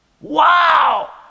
Wow